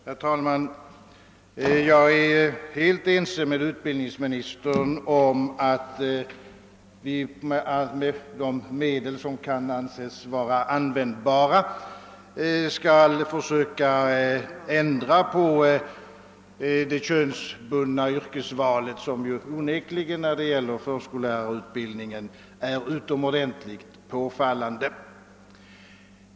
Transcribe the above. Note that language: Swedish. Herr talman! Jag är helt ense med utbildningsministern om att vi med alla de medel som kan anses användbara skall försöka ändra på det könsbundna yrkesvalet, vilket när det gäller förskollärarutbildningen onekligen är utomordentligt påfallande.